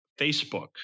Facebook